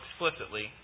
explicitly